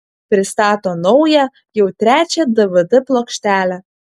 pristato naują jau trečią dvd plokštelę